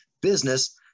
business